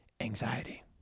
Anxiety